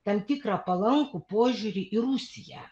tam tikrą palankų požiūrį į rusiją